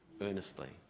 earnestly